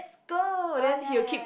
go then he will keep